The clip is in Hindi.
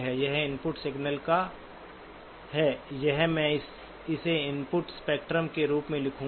यह इनपुट सिग्नल का है या मैं इसे इनपुट स्पेक्ट्रम के रूप में लिखूंगा